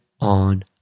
on